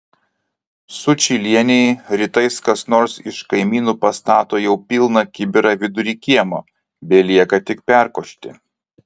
sučylienei rytais kas nors iš kaimynų pastato jau pilną kibirą vidury kiemo belieka tik perkošti